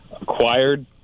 acquired